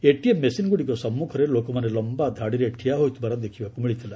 ATM ମେସିନ୍ଗୁଡ଼ିକ ସମ୍ମୁଖରେ ଲୋକମାନେ ଲମ୍ଧା ଧାଡ଼ିରେ ଠିଆ ହୋଇଥିବାର ଦେଖିବାକୁ ମିଳିଥିଲା